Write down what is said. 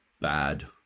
bad